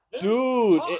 Dude